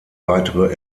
weitere